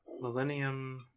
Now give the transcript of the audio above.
Millennium